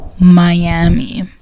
miami